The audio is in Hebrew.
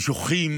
ושוכחים